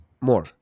more